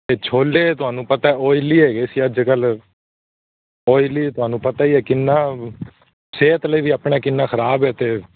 ਅਤੇ ਛੋਲੇ ਤੁਹਾਨੂੰ ਪਤਾ ਓਈਲੀ ਹੈਗੇ ਸੀ ਅੱਜ ਕੱਲ੍ਹ ਓਈਲੀ ਤੁਹਾਨੂੰ ਪਤਾ ਹੀ ਹੈ ਕਿੰਨਾ ਸਿਹਤ ਲਈ ਵੀ ਆਪਣੇ ਕਿੰਨਾ ਖਰਾਬ ਹੈ ਅਤੇ